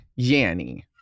Yanny